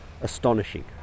Astonishing